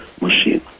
machine